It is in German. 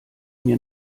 mir